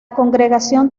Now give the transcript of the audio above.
congregación